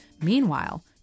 Meanwhile